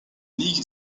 ligue